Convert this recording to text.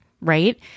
Right